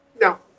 No